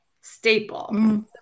staple